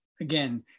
again